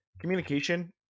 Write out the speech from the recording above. communication